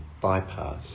bypass